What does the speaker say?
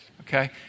okay